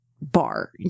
bar